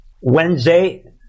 Wednesday